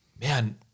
man